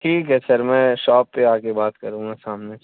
ٹھیک ہے سر میں شاپ پہ آ کے بات کروں گا سامنے سے